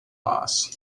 loss